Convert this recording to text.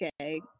Okay